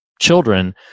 children